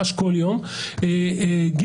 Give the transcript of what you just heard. שלישית,